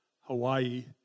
Hawaii